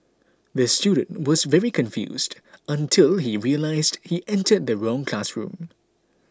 the student was very confused until he realised he entered the wrong classroom